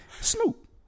Snoop